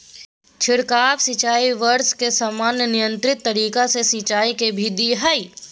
छिड़काव सिंचाई वर्षा के समान नियंत्रित तरीका से सिंचाई के विधि हई